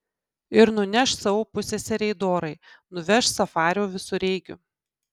ir nuneš savo pusseserei dorai nuveš safario visureigiu